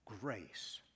grace